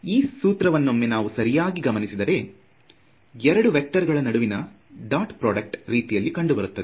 ಈ ಸೂತ್ರವನ್ನೊಮ್ಮೆ ನಾವು ಸರಿಯಾಗಿ ಗಮನಿಸಿದರೆ ಎರಡು ವೇಕ್ಟರ್ ಗಳ ನಡುವಿನ ಡಾಟ್ ಪ್ರೊಡ್ಕ್ಟ್ ರೀತಿಯಲ್ಲಿ ಕಂಡುಬರುತ್ತದೆ